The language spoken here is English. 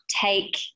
take